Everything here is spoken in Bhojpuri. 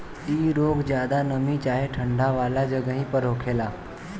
इ रोग ज्यादा नमी चाहे ठंडा वाला जगही पर होखेला